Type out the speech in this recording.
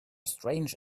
strange